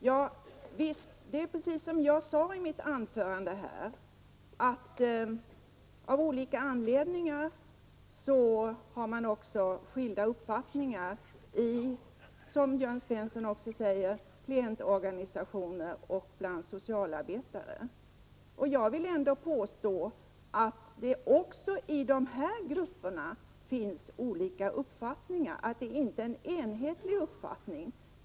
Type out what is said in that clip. Herr talman! Det är precis som jag sade i mitt anförande: Av olika anledningar har man skilda uppfattningar — också i klientorganisationer och bland socialarbetare, som Jörn Svensson här talade om. Jag vill alltså påstå att det även i dessa grupper finns olika uppfattningar, att det inte är en enhetlig uppfattning.